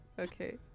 Okay